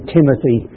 Timothy